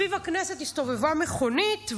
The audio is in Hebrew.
סביב הכנסת הסתובבה מכונית,